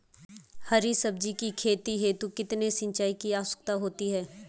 हरी सब्जी की खेती हेतु कितने सिंचाई की आवश्यकता होती है?